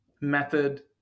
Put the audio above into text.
method